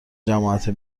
جماعت